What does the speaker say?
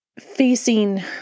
facing